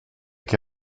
que